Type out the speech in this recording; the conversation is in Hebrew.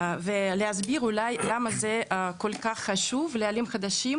ואסביר למה זה כל כך חשוב לעולים חדשים